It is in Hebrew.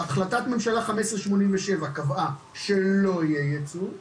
החלטת ממשלה 15/87 קבעה שלא יהיה ייצוא,